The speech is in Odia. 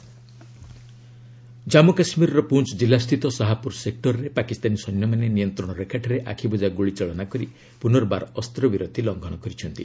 JK ceasefire violation Jammu କାଶ୍ମୀରର ପୁଞ୍ଚ କିଲ୍ଲା ସ୍ଥିତ ସାହାପୁର ସେକ୍ଟରରେ ପାକିସ୍ତାନୀ ସୈନ୍ୟମାନେ ନିୟନ୍ତ୍ରଣ ରେଖାଠାରେ ଆଖିବୁଝା ଗୁଳିଚାଳନା କରି ପୁନର୍ବାର ଅସ୍ତ୍ରବିରତି ଲଙ୍ଘନ କରିଛନ୍ତି